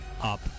up